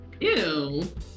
Ew